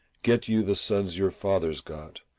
get you the sons your fathers got,